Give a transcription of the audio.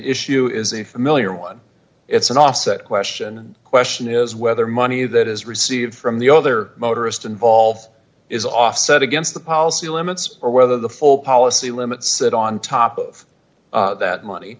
issue is a familiar one it's an offset question question is whether money that is received from the other motorist involved is offset against the policy limits or whether the full policy limits set on top of that money